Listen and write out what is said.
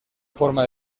forma